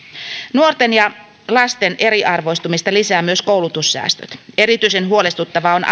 nuorten ja lasten eriarvoistumista lisäävät myös koulutussäästöt erityisen huolestuttava on